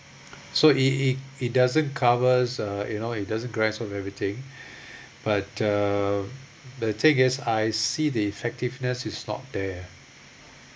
so it it it doesn't covers uh you know it doesn't grasp of everything but uh the thing is I see the effectiveness is not there